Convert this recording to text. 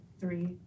three